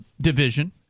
division